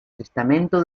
testamento